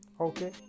okay